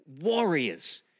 warriors